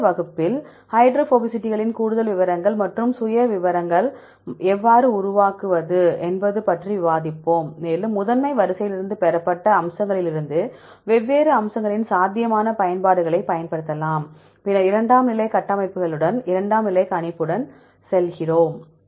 அடுத்த வகுப்பில் ஹைட்ரோபோபசிட்டிகளின் கூடுதல் விவரங்கள் மற்றும் சுயவிவரங்களை எவ்வாறு உருவாக்குவது என்பது பற்றி விவாதிப்போம் மேலும் முதன்மை வரிசையிலிருந்து பெறப்பட்ட அம்சங்களிலிருந்து வெவ்வேறு அம்சங்களின் சாத்தியமான பயன்பாடுகளைப் பயன்படுத்தலாம் பின்னர் இரண்டாம் நிலை கட்டமைப்புகளுடன் இரண்டாம் நிலை கணிப்புடன் செல்கிறோம்